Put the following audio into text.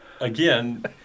Again